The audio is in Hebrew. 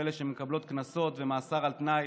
כל אלה שמקבלות קנסות ומאסר על תנאי,